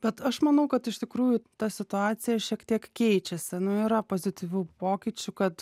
bet aš manau kad iš tikrųjų ta situacija šiek tiek keičiasi nu yra pozityvių pokyčių kad